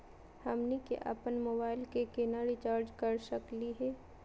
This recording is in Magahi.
हमनी के अपन मोबाइल के केना रिचार्ज कर सकली हे?